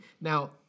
Now